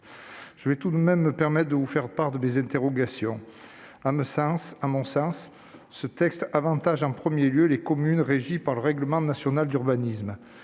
ce point. Permettez-moi néanmoins de vous faire part de mes interrogations. À mon sens, ce texte avantage en premier lieu les communes régies par le règlement national d'urbanisme.